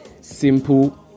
simple